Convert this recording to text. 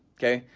okay,